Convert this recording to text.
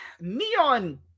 Neon